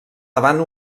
davant